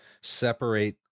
separate